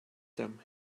them